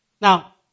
Now